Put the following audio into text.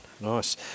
Nice